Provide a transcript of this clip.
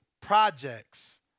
projects